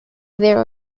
there